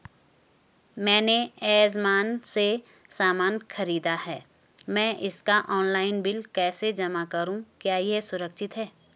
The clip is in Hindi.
मैंने ऐमज़ान से सामान खरीदा है मैं इसका ऑनलाइन बिल कैसे जमा करूँ क्या यह सुरक्षित है?